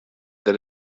that